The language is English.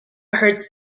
hurts